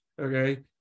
okay